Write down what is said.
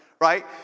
right